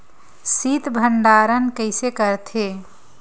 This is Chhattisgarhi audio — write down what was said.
शीत भंडारण कइसे करथे?